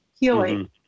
healing